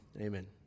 Amen